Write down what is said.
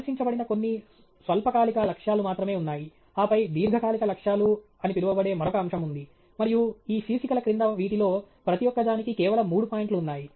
ప్రదర్శించబడిన కొన్ని స్వల్పకాలిక లక్ష్యాలు మాత్రమే ఉన్నాయి ఆపై దీర్ఘకాలిక లక్ష్యాలు అని పిలువబడే మరొక అంశం ఉంది మరియు ఈ శీర్షికల క్రింద వీటిలో ప్రతి ఒక్కదానికి కేవలం మూడు పాయింట్లు ఉన్నాయి